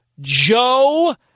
Joe